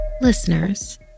Listeners